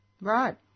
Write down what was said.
Right